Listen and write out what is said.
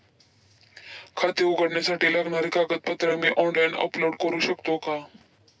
खाते उघडण्यासाठी लागणारी कागदपत्रे मी ऑनलाइन अपलोड करू शकतो का?